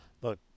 look